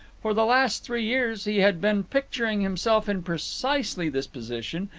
for the last three years he had been picturing himself in precisely this position,